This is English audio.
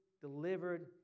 delivered